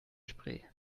spree